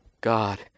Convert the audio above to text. God